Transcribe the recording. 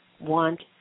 want